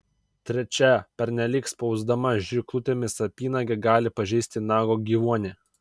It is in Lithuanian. trečia pernelyg spausdama žirklutėmis apynagę gali pažeisti nago gyvuonį